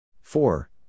Four